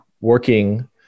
working